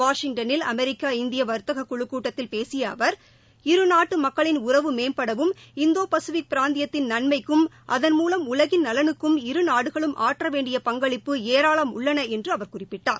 வாஷிங்டனில் America India வர்த்தகக் குழுக் கூடத்தில் பேசிய அவர் இருநாட்டு மக்களின் உறவு மேம்படவும் இந்தோ பசிபிக் பிராந்தியத்தின் நன்மைக்கும் அதன் மூலம் உலகின் நலனுக்கும் இரு நாடுகளும் ஆற்ற வேண்டிய பங்களிப்பு ஏராளம் உள்ளன என்று அவர் குறிப்பிட்டார்